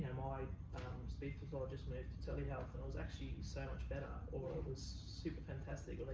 and my speech pathologist moved to telehealth and it was actually so much better. or, it was super fantastic.